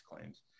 claims